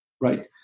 Right